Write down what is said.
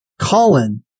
Colin